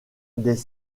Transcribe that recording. des